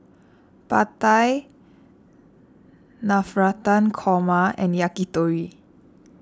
Pad Thai Navratan Korma and Yakitori